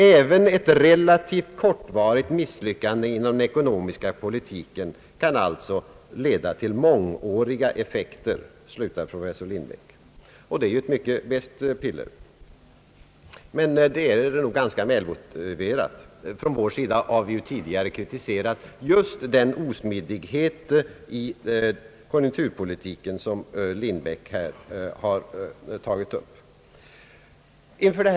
Även ett relativt kortvarigt misslyckande inom den ekonomiska politiken kan alltså leda till mångåriga effekter.» Det är ett mycket beskt piller, men det är nog ganska välmotiverat. Från vår sida har vi tidigare kritiserat just den osmidighet i konjunkturpolitiken som professor Lindbeck här har påtalat.